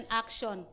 action